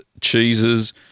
cheeses